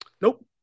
Nope